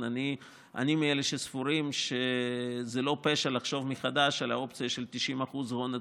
אני מאלה שסבורים שזה לא פשע לחשוב מחדש על האופציה של 90% הון עצמי,